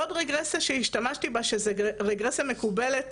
עוד רגרסיה שהשתמשתי בה, שזו רגרסיה מקובלת